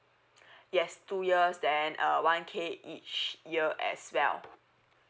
yes two years then uh one K each year as well